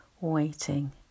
waiting